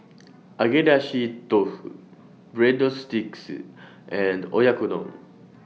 Agedashi Dofu Breadsticks and Oyakodon